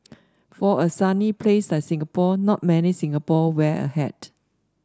for a sunny place like Singapore not many Singapore wear a hat